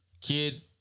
Kid